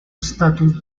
estatus